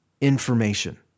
information